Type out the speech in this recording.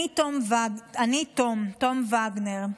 אני תום, תום וגנר.